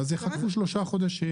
אז יחכו שלושה חודשים.